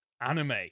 anime